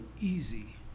easy